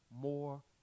more